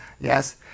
yes